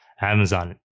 Amazon